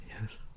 Yes